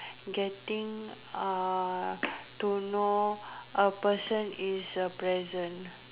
getting uh to know a person is a present